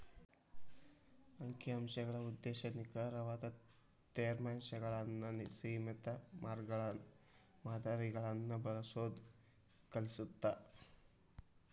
ಅಂಕಿ ಅಂಶಗಳ ಉದ್ದೇಶ ನಿಖರವಾದ ತೇರ್ಮಾನಗಳನ್ನ ಸೇಮಿತ ಮಾದರಿಗಳನ್ನ ಬಳಸೋದ್ ಕಲಿಸತ್ತ